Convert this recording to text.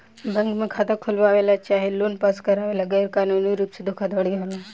bank में खाता खोलवावे ला चाहे लोन पास करावे ला गैर कानूनी रुप से धोखाधड़ी होला